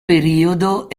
periodo